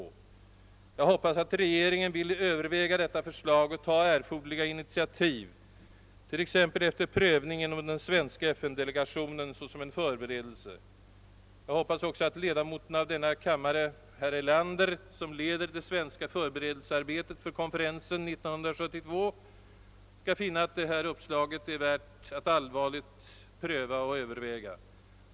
Jag hoppas att regeringen vill överväga detta förslag och ta erforderliga initiativ, t.ex. efter prövning inom den svenska FN-delegationen såsom en förberedelse. Jag hoppas också att ledamoten av denna kammare, herr Erlander, som leder det svenska förberedelsearbetet för konferensen 1972, skall finna detta uppslag värt ett allvarligt och positivt övervägande.